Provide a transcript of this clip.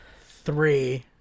three